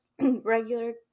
regular